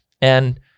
And-